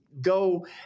go